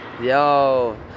Yo